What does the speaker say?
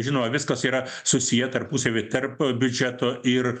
žinoma viskas yra susiję tarpusavyje tarp biudžeto ir